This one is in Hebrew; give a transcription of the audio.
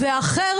והאחר,